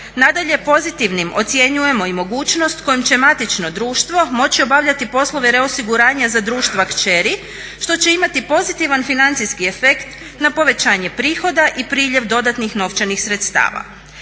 Nadalje, pozitivnim ocjenjujemo i mogućnost kojom će matično društvo moći obavljati poslove reosiguranja za društva kćeri što će imati pozitivan financijski efekt na povećanje prihoda i priljev dodatnih novčanih sredstava.